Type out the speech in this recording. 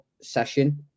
session